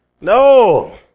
No